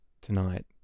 tonight